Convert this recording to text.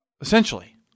essentially